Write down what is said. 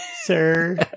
sir